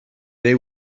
day